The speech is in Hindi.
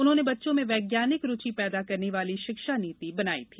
उन्होंने बच्चों में वैज्ञानिक रूचि पैदा करने वाली शिक्षा नीति बनाई थी